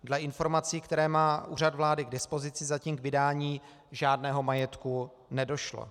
Dle informací, které má Úřad vlády k dispozici, zatím k vydání žádného majetku nedošlo.